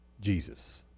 jesus